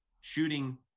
shooting